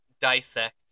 dissect